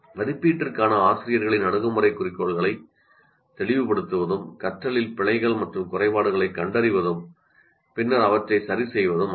மதிப்பீட்டிற்கான ஆசிரியர்களின் அணுகுமுறை குறிக்கோள்களை தெளிவுபடுத்துவதும் கற்றலில் பிழைகள் மற்றும் குறைபாடுகளைக் கண்டறிவதும் பின்னர் அவற்றை சரிசெய்வதும் ஆகும்